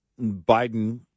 Biden